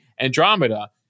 andromeda